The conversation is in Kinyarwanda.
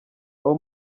abo